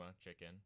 chicken